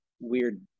weird